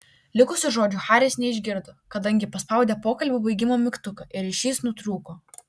likusių žodžių haris neišgirdo kadangi paspaudė pokalbio baigimo mygtuką ir ryšys nutrūko